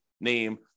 name